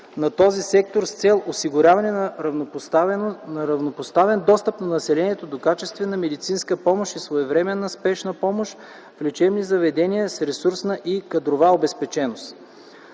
на този сектор с цел осигуряване на равнопоставен достъп на населението до качествена медицинска помощ и своевременна спешна медицинска помощ в лечебни заведения с ресурсна и кадрова обезпеченост.